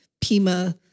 Pima